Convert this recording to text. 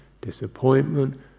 disappointment